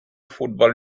football